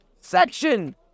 section